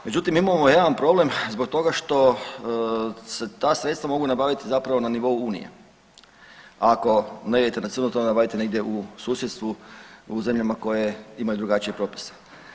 Međutim imamo jedan problem zbog toga što se ta sredstva mogu nabaviti zapravo na nivou unije, ako ne idete na crno to onda nabavite negdje u susjedstvu u zemljama koje imaju drugačije propise.